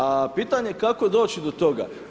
A pitanje kako doći do toga?